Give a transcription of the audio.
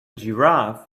giraffe